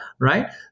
right